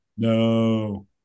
No